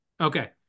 Okay